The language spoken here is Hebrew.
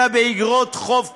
אלא באיגרות חוב קונצרניות,